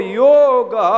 yoga